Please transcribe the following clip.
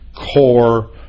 core